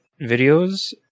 videos